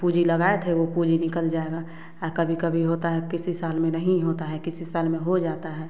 जो पूँजी लगाए थे वो पूँजी निकाल जाएगा कभी कभी होता हैं किसी साल में नहीं होता हैं किसी साल में हो जाता हैं